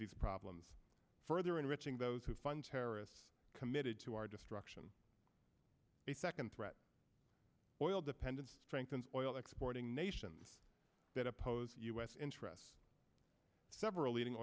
these problems further enriching those who fund terrorists committed to our destruction a second threat oil dependence strengthens oil exporting nations that oppose u s interests several leading